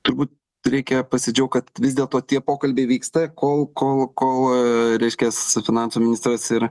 turbūt reikia pasidžiaug kad vis dėlto tie pokalbiai vyksta kol kol kol reiškias finansų ministras ir